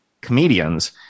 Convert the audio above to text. comedians